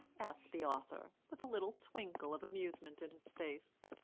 asked the author, with a little twinkle of amusement in his face.